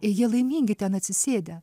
jie laimingi ten atsisėdę